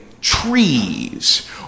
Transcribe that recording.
trees